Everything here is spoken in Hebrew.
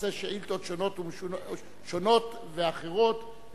בשאילתות שונות ואחרות,